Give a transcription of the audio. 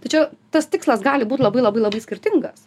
tai čia tas tikslas gali būt labai labai labai skirtingas